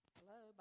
Hello